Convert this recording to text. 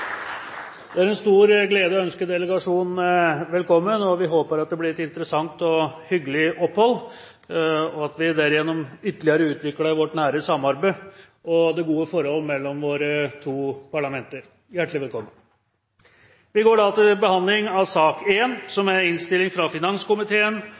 Det er en stor glede å ønske delegasjonen velkommen. Vi håper at det blir et interessant og hyggelig opphold, og at vi derigjennom ytterligere utvikler vårt nære samarbeid og det gode forhold mellom våre to parlamenter. Hjertelig velkommen! Ingen har bedt om ordet. Etter ønske fra finanskomiteen vil presidenten foreslå at taletiden begrenses til